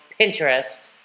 Pinterest